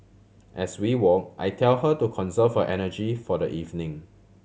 as we walk I tell her to conserve her energy for the evening